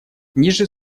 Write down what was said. ниже